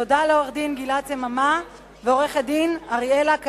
תודה לעורך-דין גלעד סממה ולעורכת-דין אריאלה קלעי,